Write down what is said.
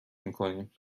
میکنیم